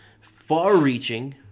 far-reaching